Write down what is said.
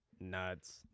Nuts